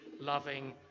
loving